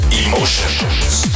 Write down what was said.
emotions